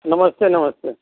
नमस्ते नमस्ते